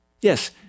yes